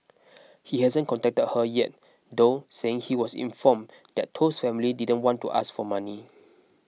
he hasn't contacted her yet though saying he was informed that Toh's family didn't want to ask for money